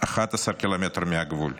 עד 11 ק"מ מהגבול.